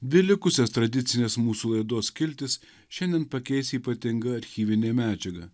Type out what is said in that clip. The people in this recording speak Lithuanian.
dvi likusias tradicines mūsų laidos skiltis šiandien pakeis ypatinga archyvinė medžiaga